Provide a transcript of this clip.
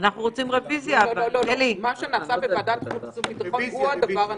מה שנעשה בוועדת חוץ וביטחון הוא הדבר הנכון.